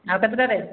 ଆଉ କେତେଟାରେ